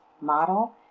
model